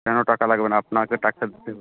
কেন টাকা লাগবে না আপনাকে টাকা দিতে হবে